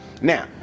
Now